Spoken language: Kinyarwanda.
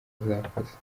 zakoze